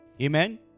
Amen